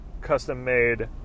custom-made